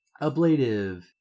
Ablative